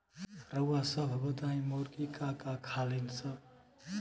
रउआ सभ बताई मुर्गी का का खालीन सब?